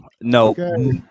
No